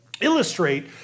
illustrate